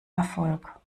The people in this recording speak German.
erfolg